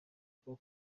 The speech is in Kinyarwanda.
bwo